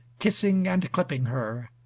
kissing and clipping her,